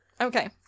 Okay